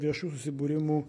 viešų susibūrimų